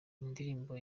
indirimbo